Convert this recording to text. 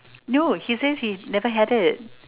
no he says he never had it